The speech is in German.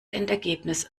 endergebnis